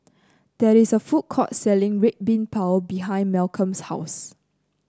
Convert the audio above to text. there is a food court selling Red Bean Bao behind Malcolm's house